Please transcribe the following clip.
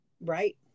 right